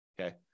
okay